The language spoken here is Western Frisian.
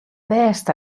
bêst